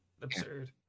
Absurd